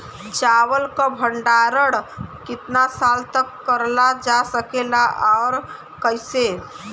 चावल क भण्डारण कितना साल तक करल जा सकेला और कइसे?